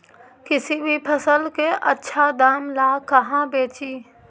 किसी भी फसल के आछा दाम ला कहा बेची?